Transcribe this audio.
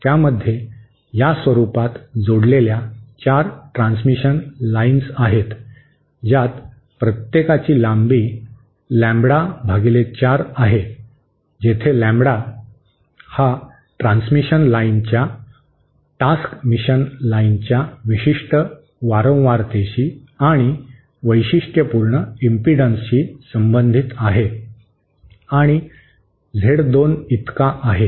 त्यामध्ये या स्वरूपात जोडलेल्या 4 ट्रान्समिशन लाइन्स आहेत ज्यात प्रत्येकाची लांबी लॅम्बडा भागिले 4 आहे जेथे लॅम्बडा हा ट्रांसमिशन लाईनच्या टास्क मिशन लाइनच्या विशिष्ट वारंवारतेशी आणि वैशिष्ट्यपूर्ण इम्पिडन्सशी संबंधित आहे आणि झेड 2 इतका आहे